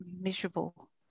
miserable